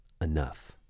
enough